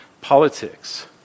politics